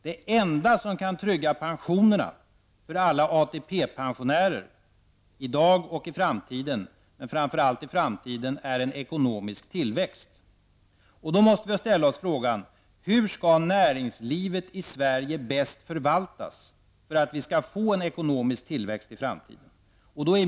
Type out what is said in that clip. Det enda som kan trygga pensionerna för alla ATP pensionärer i dag och i framtiden, framför allt i framtiden, är en ekonomisk tillväxt. Då måste vi ställa oss frågan: Hur skall näringslivet i Sverige bäst förvaltas för att vi skall få en ekonomisk tillväxt i framtiden?